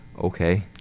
okay